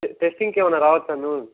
టెస్టింగ్కి ఏమైనా రావచ్చా మేము